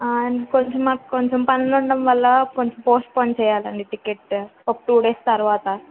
కొంచెం మాకు కొంచెం పనులు ఉండడం వల్ల కొంచెం పోస్ట్ పోన్ చేయాలండీ టికెట్ ఒక టూ డేస్ తర్వాత